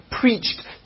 preached